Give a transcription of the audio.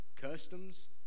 customs